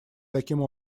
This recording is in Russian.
таким